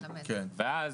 ואז,